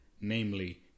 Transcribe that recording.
namely